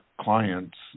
clients